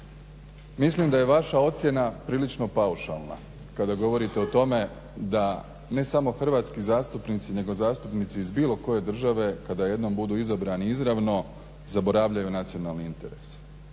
mislim da je vaša ocjena prilično paušalna kada govorite o tome da ne samo hrvatski zastupnici nego zastupnici iz bilo koje države kada jednom budu izabrani izravno zaboravljaju nacionalni interes.